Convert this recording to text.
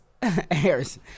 Harris